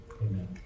Amen